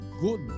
good